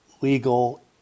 legal